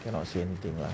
cannot say anything lah